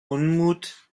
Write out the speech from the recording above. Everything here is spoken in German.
unmut